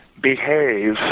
behave